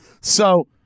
So-